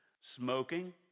smoking